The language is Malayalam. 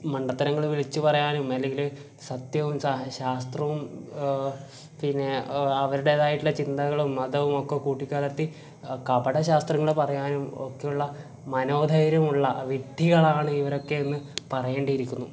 മണ്ടത്തരങ്ങൾ വിളിച്ച് പറയാനും അല്ലെങ്കിൽ സത്യവും ശാസ്ത്രവും പിന്നെ അവരുടേതായിട്ടുള്ള ചിന്തകളും മതവും ഒക്കെ കൂട്ടിക്കലർത്തി കപടശാസ്ത്രങ്ങൾ പറയാനും ഒക്കെയുള്ള മനോധൈര്യമുള്ള വിഡ്ഡികളാണ് ഇവരൊക്കെ എന്ന് പറയേണ്ടിയിരിക്കുന്നു